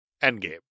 Endgame